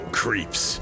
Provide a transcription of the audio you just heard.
creeps